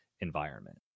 environment